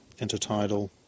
intertidal